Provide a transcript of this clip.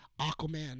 Aquaman